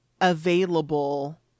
available